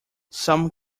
some